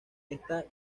esta